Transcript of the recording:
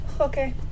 Okay